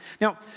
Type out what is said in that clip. Now